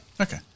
Okay